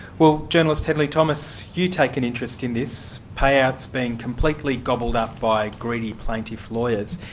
well, journalist hedley thomas, you take an interest in this payouts being completely gobbled up by greedy plaintiff lawyers.